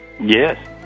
yes